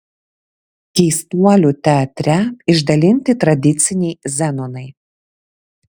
keistuolių teatre išdalinti tradiciniai zenonai